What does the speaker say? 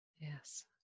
Yes